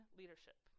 leadership